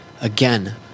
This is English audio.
Again